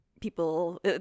people